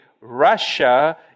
Russia